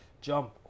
jump